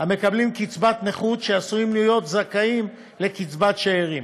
המקבלים קצבת נכות שעשויים להיות זכאים לקצבת שאירים.